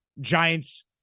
Giants